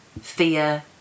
fear